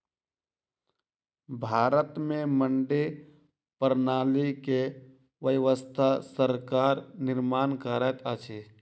भारत में मंडी प्रणाली के व्यवस्था सरकार निर्माण करैत अछि